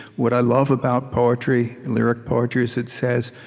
what i love about poetry, lyric poetry, is, it says